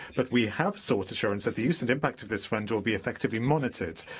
but we have sought assurance that the use and impact of this fund will be effectively monitored,